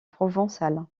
provençal